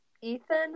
Ethan